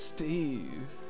Steve